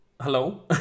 hello